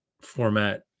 format